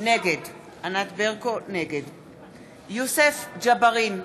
נגד יוסף ג'בארין,